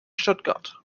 stuttgart